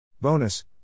Bonus